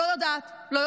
אני לא יודעת, לא יודעת.